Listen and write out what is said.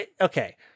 okay